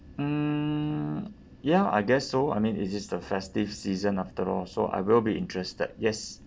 mm ya I guess so I mean it is the festive season after all so I will be interested yes